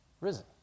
risen